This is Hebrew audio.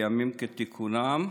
בימים כתיקונם,